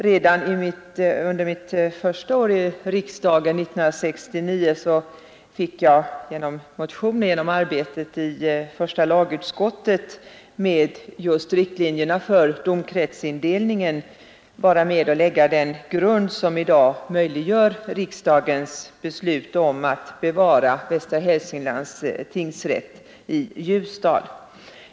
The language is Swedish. Redan under mitt första år i riksdagen, 1969, fick jag genom motion och genom arbetet i första lagutskottet med just riktlinjerna för domkretsindelningen vara med och lägga den grund som i dag möjliggör riksdagens beslut om att bevara Västra Hälsinglands tingsrätt i Ljusdal.